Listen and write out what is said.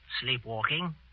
sleepwalking